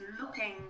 looking